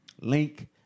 link